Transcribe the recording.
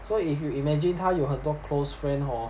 so if you imagine 他有很多 close friend hor